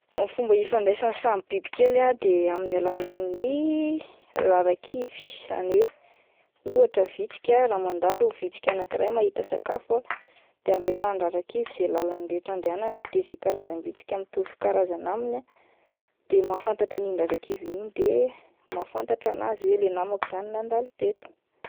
Fomba ifandraisan'ny samy bibikely ah de amin'ny alalan'ny rarakivy izany hoe ohatra vitsika ,raha mandalo ny vitsika anakiray mahita sakafo ah de ametrahany rarakivy izay lalany rehetra andehanany de izay karazam-bitsika mitovy karazana aminy ah de mahafantatra iny rarakiviny iny de mahafantatra an'azy hoe ilay namako izany no nandalo teto.